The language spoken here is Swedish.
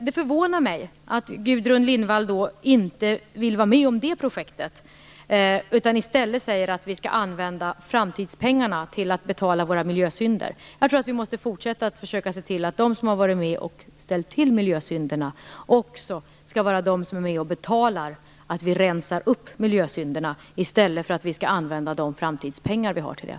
Det förvånar mig att Gudrun Lindvall inte vill vara med om det, utan i stället säger att vi skall använda framtidspengarna till att betala våra miljösynder. Jag tror att vi måste fortsätta att försöka se till att de som har varit med och ställt till miljösynderna också skall vara dem som är med och betalar. Vi skall rensa upp i miljösynderna i stället för att använda de framtidspengar vi har till det.